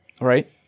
Right